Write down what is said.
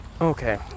Okay